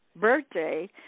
birthday